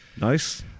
Nice